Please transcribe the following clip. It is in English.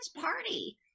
party